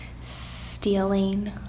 Stealing